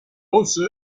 once